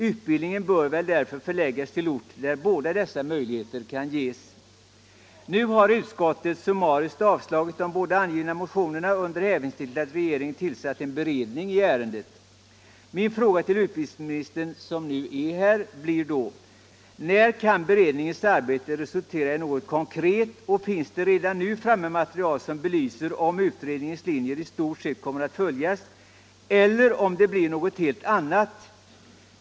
Utbildningen bör väl därför förläggas till ort där båda dessa möjligheter kan ges. Nu har utskottet summariskt avslagit de båda angivna motionerna under hänvisning till att regeringen tillsatt en beredning i ärendet. Min fråga till utbildningsministern, som nu är här, blir då: När kan beredningens arbete resultera i något konkret och finns det redan nu framme material som belyser om utredningens linje i stort sett kommer att följas eller om det blir något helt annat?